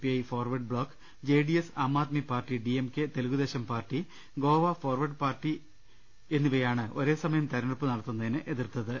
I forward bloc J D S Aam Aadmi party D M K Telugu Desam party Goa forward party എന്നിവയാണ് ഒരേസമയം തെരഞ്ഞെടുപ്പ് നടത്തുന്നതിനെ എതിർത്തത്